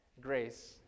grace